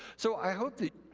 so i hope